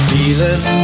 Feeling